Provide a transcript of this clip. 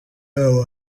yabo